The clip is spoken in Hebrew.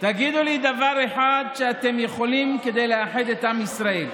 תגידו לי דבר אחד שעשיתם כדי לאחד את עם ישראל.